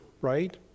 right